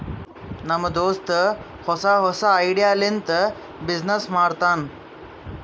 ನಮ್ ದೋಸ್ತ ಹೊಸಾ ಹೊಸಾ ಐಡಿಯಾ ಲಿಂತ ಬಿಸಿನ್ನೆಸ್ ಮಾಡ್ತಾನ್